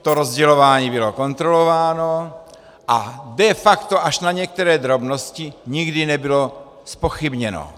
To rozdělování bylo kontrolováno a de facto až na některé drobnosti nikdy nebylo zpochybněno.